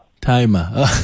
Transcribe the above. Timer